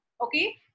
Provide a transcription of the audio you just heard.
okay